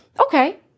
okay